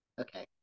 Okay